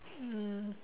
mm